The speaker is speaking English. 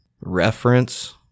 reference